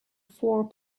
four